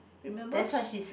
remember she